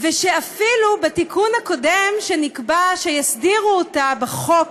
ושאפילו בתיקון הקודם שנקבע שיסדירו אותה בחוק,